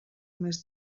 més